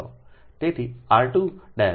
તેથી r 2 0